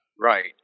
Right